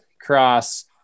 cross